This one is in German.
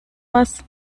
was